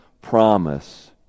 promise